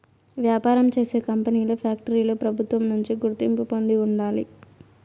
వ్యాపారం చేసే కంపెనీలు ఫ్యాక్టరీలు ప్రభుత్వం నుంచి గుర్తింపు పొంది ఉండాలి